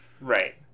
right